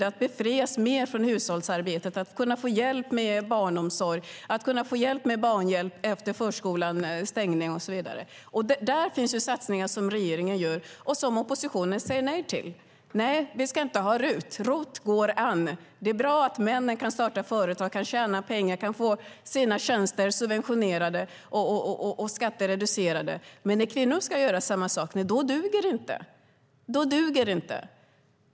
Vi behöver befrias mer från hushållsarbetet, få hjälp med barnomsorg, få hjälp med barnen efter förskolans stängning och så vidare. Där finns satsningar som regeringen gör och som oppositionen säger nej till. Vi ska inte ha RUT, säger de. ROT går an; det är bra att männen kan starta företag, tjäna pengar och få sina tjänster subventionerade och skattereducerade. Men när kvinnor ska göra samma sak duger det inte!